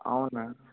అవునా